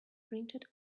printed